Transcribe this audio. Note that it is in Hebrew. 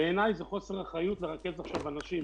בעיניי זה חוסר אחריות לרכז עכשיו אנשים,